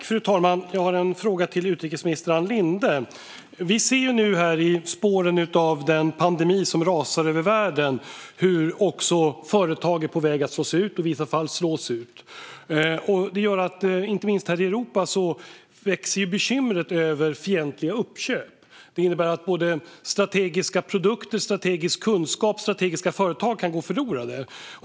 Fru talman! Jag har en fråga till utrikesminister Ann Linde. Vi ser i spåren av den pandemi som nu rasar över världen hur också företag är på väg att slås ut. I vissa fall har de slagits ut. Detta gör att bekymret med fientliga uppköp växer, inte minst här i Europa. Det innebär att strategiska produkter, strategisk kunskap och strategiska företag kan gå förlorade.